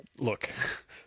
Look